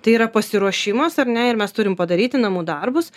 tai yra pasiruošimas ar ne ir mes turim padaryti namų darbus